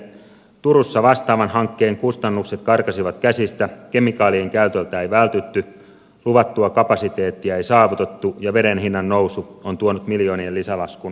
turussa vastaavan hankkeen kustannukset karkasivat käsistä kemikaalien käytöltä ei vältytty luvattua kapasiteettia ei saavutettu ja veden hinnan nousu on tuonut miljoonien lisälaskun kuluttajille